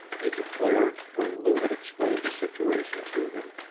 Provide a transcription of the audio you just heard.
he declared, when lou had explained the situation to him.